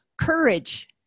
courage